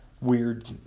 weird